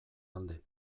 alde